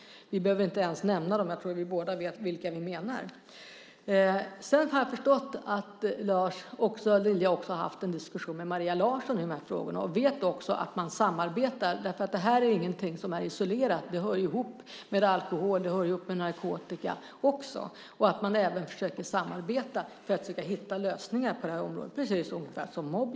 Vi behöver inte ens nämna dem eftersom jag tror att vi båda vet vilka de är. Jag har förstått att Lars Lilja har haft en diskussion med Maria Larsson om dessa frågor. Lars Lilja vet att man samarbetar. Den här frågan är inte isolerad. Den hör ihop med alkohol och narkotika. Man försöker samarbeta för att hitta lösningar på området.